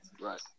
Right